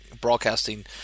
broadcasting